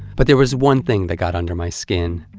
but there was one thing that got under my skin,